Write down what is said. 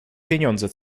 pieniądze